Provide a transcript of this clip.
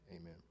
Amen